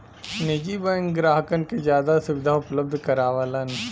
निजी बैंक ग्राहकन के जादा सुविधा उपलब्ध करावलन